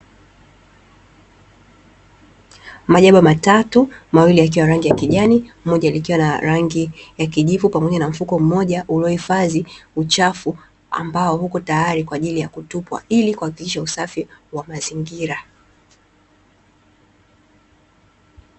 Diaba Matatu mawili yakiwa rangi ya kijani moja, nikiwa na rangi ya kijivu pamoja na mfuko mmoja uliohifadhi uchafu ambao huko tayari kwa ajili ya kutupwa ili kuhakikisha usafi wa mazingira.